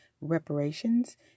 reparations